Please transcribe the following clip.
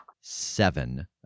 Seven